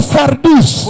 Sardis